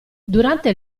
durante